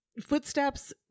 Footsteps